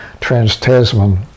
trans-Tasman